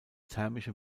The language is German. thermische